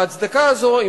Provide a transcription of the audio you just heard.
ההצדקה הזאת,